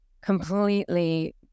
completely